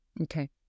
Okay